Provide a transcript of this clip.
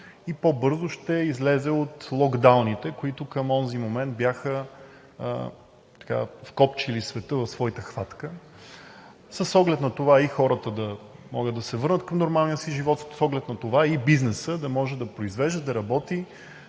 и по-бързо ще излезе от локдауните, които към онзи момент бяха вкопчили света в своята хватка, с оглед на това и хората да могат да се върнат към нормалния си живот, с оглед на това и бизнесът да може да произвежда, да работи